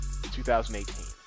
2018